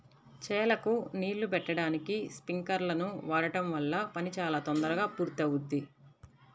చేలకు నీళ్ళు బెట్టడానికి స్పింకర్లను వాడడం వల్ల పని చాలా తొందరగా పూర్తవుద్ది